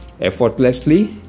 Effortlessly